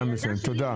לא